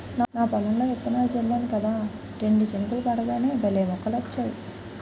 నా పొలంలో విత్తనాలు జల్లేను కదా రెండు చినుకులు పడగానే భలే మొలకలొచ్చాయి